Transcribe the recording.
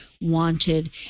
wanted